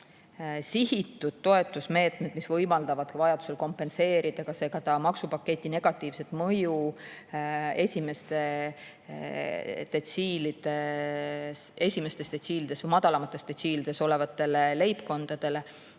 sihitud toetusmeetmed, mis võimaldavad vajadusel kompenseerida maksupaketi negatiivset mõju esimestes, madalamates detsiilides olevatele leibkondadele